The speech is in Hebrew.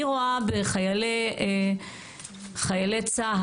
אני רואה בחיילי צה"ל,